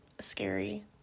scary